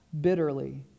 bitterly